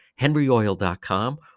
henryoil.com